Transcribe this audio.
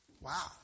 Wow